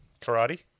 Karate